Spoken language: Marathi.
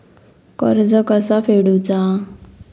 कर्ज कसा फेडुचा?